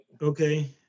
Okay